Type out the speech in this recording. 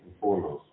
foremost